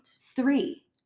Three